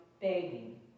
begging